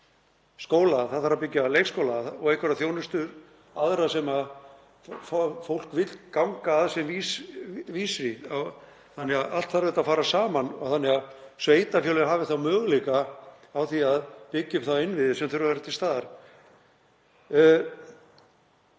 skóla, það þarf að byggja leikskóla og einhverja þjónustu aðra sem fólk vill ganga að sem vísri. Allt þarf þetta að fara saman þannig að sveitarfélögin hafi þá möguleika á því að byggja upp þá innviði sem þurfa að vera til staðar.